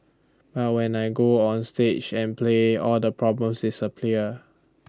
but when I go onstage and play all the problems disappear